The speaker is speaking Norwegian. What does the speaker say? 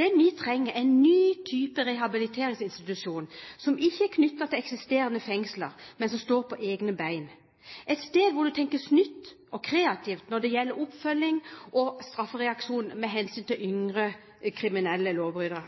Det vi trenger, er en ny type rehabiliteringsinstitusjon, som ikke er knyttet til eksisterende fengsler, men som står på egne bein – et sted hvor det tenkes nytt og kreativt når det gjelder oppfølging og straffereaksjon med hensyn til yngre, kriminelle